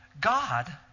God